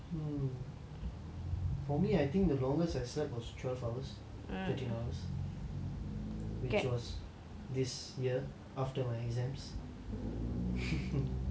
for me I think the longest I slept was twelve hours thirteen hours which was this year after my exams err okay